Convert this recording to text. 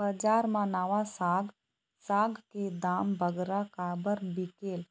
बजार मा नावा साग साग के दाम बगरा काबर बिकेल